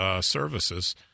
services